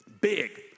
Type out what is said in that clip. big